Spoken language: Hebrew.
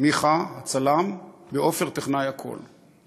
מיכה הצלם ועופר טכנאי הקול.